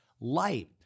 light